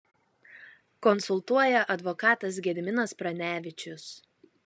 konsultuoja advokatas gediminas pranevičius